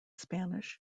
spanish